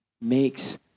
makes